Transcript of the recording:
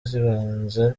zibanze